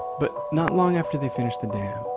but not long after they finished the dam,